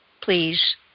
please